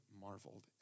marveled